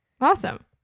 awesome